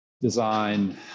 design